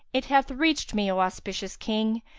it hath reached me, o auspicious king,